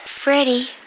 Freddie